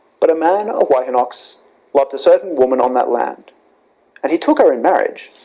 but a man of wihenoc's loved a certain woman on that land and he took her in marriage,